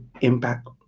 impact